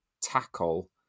tackle